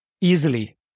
easily